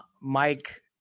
Mike